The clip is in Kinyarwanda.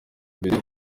imbere